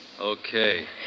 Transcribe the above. Okay